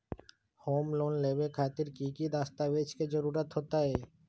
Home loan लेबे खातिर की की दस्तावेज के जरूरत होतई?